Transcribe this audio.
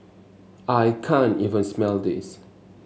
I can't even smell this